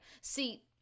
see